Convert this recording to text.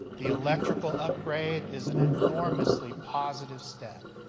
the electrical upgrade is an enormously positive step.